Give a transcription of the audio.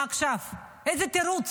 מה עכשיו, איזה תירוץ